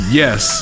yes